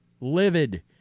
livid